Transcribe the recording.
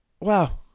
wow